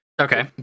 Okay